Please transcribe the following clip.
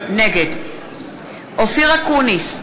נגד אופיר אקוניס,